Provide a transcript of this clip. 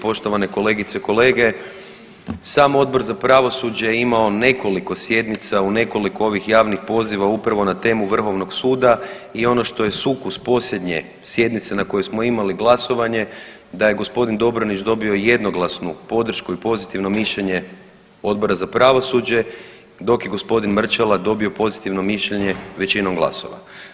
Poštovane kolegice, kolege sam Odbor za pravosuđe je imao nekoliko sjednica u nekoliko ovih javnih poziva upravo na temu Vrhovnog suda i ono što je sukus posljednje sjednice na kojoj smo imali glasovanje da je gospodin Dobronić dobio jednoglasnu podršku i pozitivno mišljenje Odbora za pravosuđe dok je gospodin Mrčela dobio pozitivno mišljenje većinom glasova.